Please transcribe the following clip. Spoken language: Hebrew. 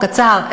קצר?